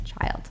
child